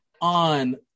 on